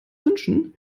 wünschen